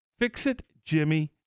Fixitjimmy